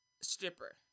stripper